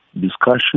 discussion